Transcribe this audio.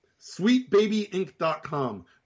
sweetbabyinc.com